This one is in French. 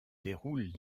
déroulent